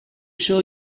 show